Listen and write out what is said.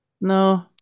no